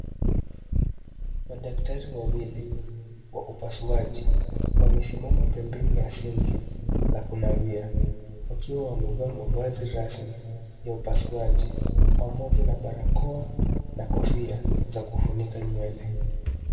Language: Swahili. Madaktari wawili wa upasuaji, wamesimama pembeni ya sinki la kunawia, wakiwa wamevaa mavazi rasmi ya upasuaji pamoja na barakoa na kofia za kufunika nywele.